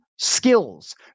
Skills